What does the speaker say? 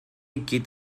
geht